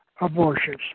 abortions